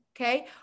Okay